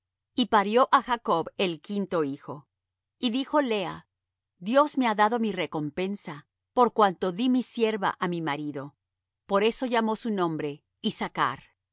y parió á jacob el quinto hijo y dijo lea dios me ha dado mi recompensa por cuanto dí mi sierva á mi marido por eso llamó su nombre issachr